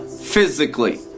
physically